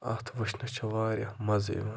اَتھ وٕچھنَس چھُ واریاہ مَزٕ یِوان